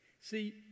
See